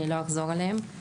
אני לא אחזור עליהן.